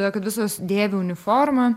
todėl kad visos dėvi uniformą